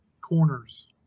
corners